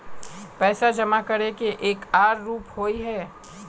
पैसा जमा करे के एक आर रूप होय है?